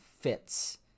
fits